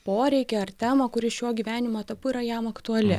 poreikį ar temą kuri šiuo gyvenimo etapu yra jam aktuali